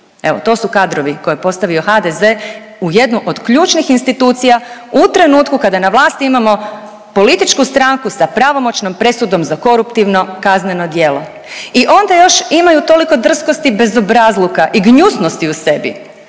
Evo to su kadrovi koje je postavio HDZ u jednu od ključnih institucija u trenutku kada na vlasti imamo političku stranku sa pravomoćnom presudom za koruptivno kazneno djelo. I onda još imaju toliko drskosti, bezobrazluka i gnjusnosti u sebi